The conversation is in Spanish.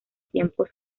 tiempos